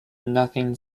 nothing